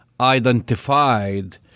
identified